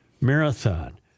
Marathon